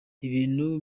ibintu